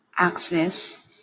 access